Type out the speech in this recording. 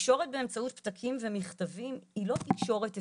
התקשורת היא באמצעות פתקים ומכתבים והיא לא תקשורת אפקטיבית.